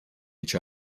each